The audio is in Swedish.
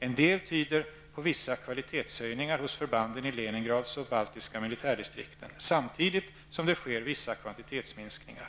En del tyder på vissa kvalitetshöjningar hos förbanden i Leningrads militärdistrikt och i de baltiska, samtidigt som det sker vissa kvantitetsminskningar.